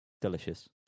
delicious